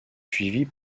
suivie